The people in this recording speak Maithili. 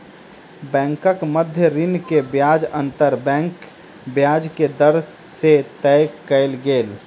बैंकक मध्य ऋण के ब्याज अंतर बैंक ब्याज के दर से तय कयल गेल